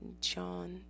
John